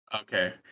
Okay